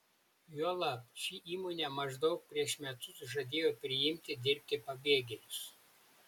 juolab ši įmonė maždaug prieš metus žadėjo priimti dirbti pabėgėlius